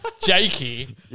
Jakey